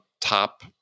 top